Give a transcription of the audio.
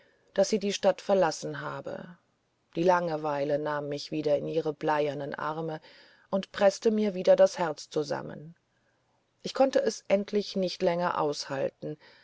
daß sie die stadt verlassen habe die langeweile nahm mich wieder in ihre bleiernen arme und preßte mir wieder das herz zusammen ich konnte es endlich nicht länger aushalten